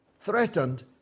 threatened